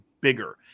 bigger